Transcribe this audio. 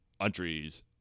countries